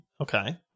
Okay